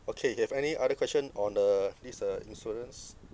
okay you have any other question on the this uh insurance